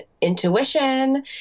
intuition